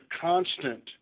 constant